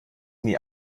nie